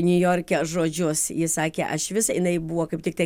niujorke žodžius ji sakė aš vis jinai buvo kaip tiktai